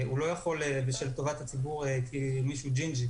הוא לא יכול בשל טובת הציבור כי מישהו ג'ינג'י,